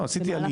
מי שעשה עלייה.